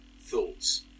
thoughts